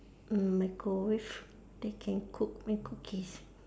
microwave that can cook my cookies